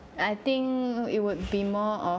I think it would be more of